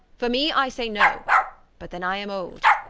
for me, i say, no but then i am old,